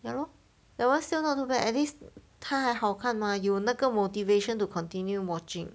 ya lor that [one] still not too bad at least 他还好看 mah 有那个 motivation to continue watching